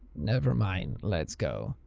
nevermind. let's go.